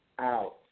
out